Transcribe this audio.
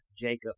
Jacob